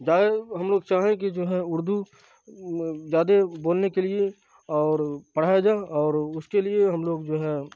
ہم لوگ چاہیں کہ جو ہے اردو زیادہ بولنے کے لیے اور پڑھایا جائے اور اس کے لیے ہم لوگ جو ہے